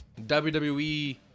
WWE